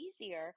easier